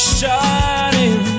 shining